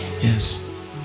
yes